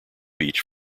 beach